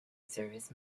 service